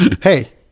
Hey